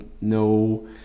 no